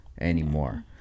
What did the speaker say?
anymore